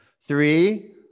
Three